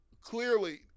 clearly